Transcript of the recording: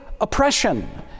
oppression